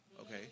Okay